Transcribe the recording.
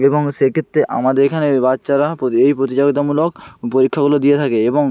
এবং সে ক্ষেত্রে আমাদের এখানের বাচ্চারা প্রতি এই প্রতিযোগিতামূলক পরীক্ষাগুলো দিয়ে থাকে এবং